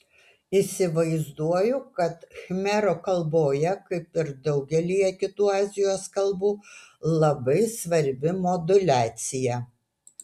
įsivaizduoju kad khmerų kalboje kaip ir daugelyje kitų azijos kalbų labai svarbi moduliacija